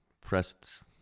pressed